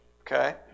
Okay